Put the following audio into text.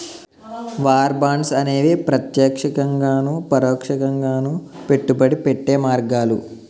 war bonds అనేవి ప్రత్యక్షంగాను పరోక్షంగాను పెట్టుబడి పెట్టే మార్గాలు